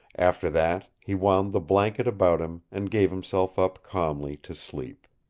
after that he wound the blanket about him and gave himself up calmly to sleep.